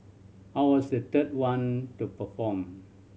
I was the third one to perform